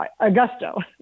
Augusto